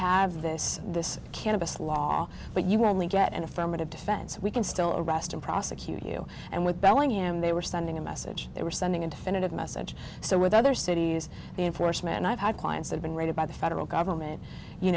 have this this cannabis law but you only get an affirmative defense we can still arrest and prosecute you and with bellingham they were sending a message they were sending a definitive message so with other cities the enforcement i've had clients have been raided by the federal government you